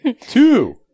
Two